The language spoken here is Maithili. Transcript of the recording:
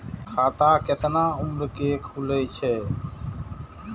खाता केतना उम्र के खुले छै?